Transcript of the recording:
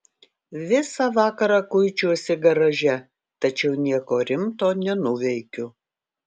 visą vakarą kuičiuosi garaže tačiau nieko rimto nenuveikiu